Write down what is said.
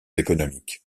économiques